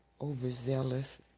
overzealous